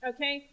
Okay